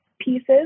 pieces